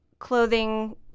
Clothing